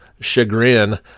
chagrin